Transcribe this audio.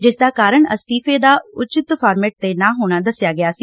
ਜਿਸਦਾ ਕਾਰਨ ਅਸਤੀਫੇ ਦਾ ਉਚਿਤ ਫਾਰਮੇਟ ਨਾ ਹੋਣਾ ਦਸਿਆ ਗਿਆ ਸੀ